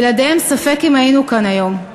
בלעדיהם ספק אם היינו כאן היום.